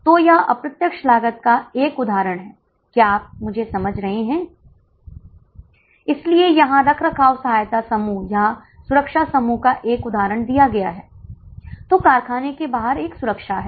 इसलिए फिर से चार उत्तर बस आपको छल करने के लिए पूछे गए हैं रियायती शुल्क का केवल एक ही उत्तर है जो 108 है